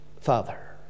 Father